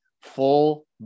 full